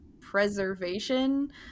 preservation